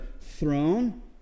throne